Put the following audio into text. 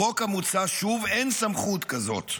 בחוק המוצע, שוב, אין סמכות כזאת.